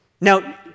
Now